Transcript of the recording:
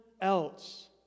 else